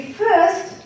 first